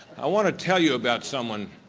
i want to tell you about someone.